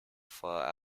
far